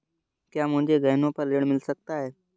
क्या मुझे गहनों पर ऋण मिल सकता है?